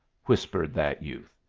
whispered that youth.